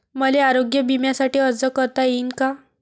मले आरोग्य बिम्यासाठी अर्ज करता येईन का?